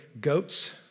goats